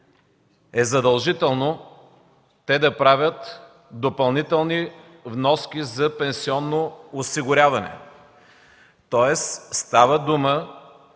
е задължително те да правят допълнителни вноски за пенсионно осигуряване. Тоест става дума